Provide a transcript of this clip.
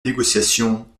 négociation